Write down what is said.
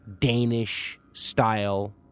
Danish-style